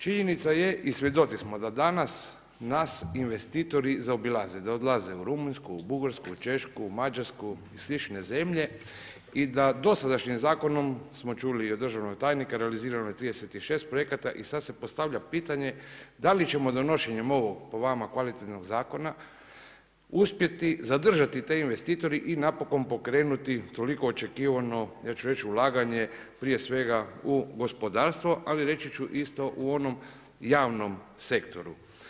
Činjenica je i svjedoci smo da danas nas investitori zaobilaze, da odlaze u Rumunjsku, u Bugarsku, u Češku, u Mađarsku i slične zemlje i da dosadašnjim zakonom smo čuli i od državnog tajnika i realizirano je 36 projekata i sada se postavlja pitanje da li ćemo donošenjem ovog po vama kvalitetnog zakona uspjeti zadržati te investitore i napokon pokrenuti toliko očekivano, ja ću reći ulaganje prije svega u gospodarstvo ali reći ću isto u onom javnom sektoru.